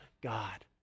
God